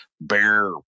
bear